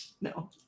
no